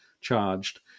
charged